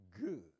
good